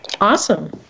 Awesome